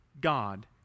God